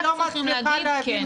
רק צריכים להגיד כן.